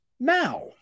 Now